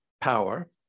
power